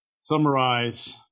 summarize